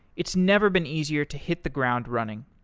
it's never been easier to hit the ground running.